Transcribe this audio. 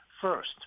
First